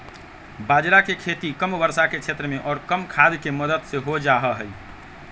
बाजरा के खेती कम वर्षा के क्षेत्र में और कम खाद के मदद से हो जाहई